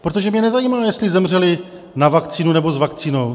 Protože mě nezajímá, jestli zemřeli na vakcínu, nebo s vakcínou.